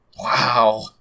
Wow